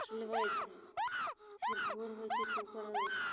खिलबै छै फेर भोर होइ छै तऽ ओकर